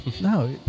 No